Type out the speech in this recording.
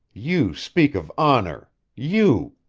you speak of honor you?